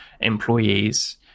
employees